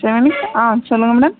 seven ஆ சொல்லுங்க madam